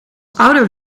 ouder